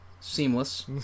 seamless